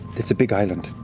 it's a big island.